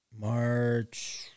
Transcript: March